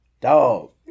dog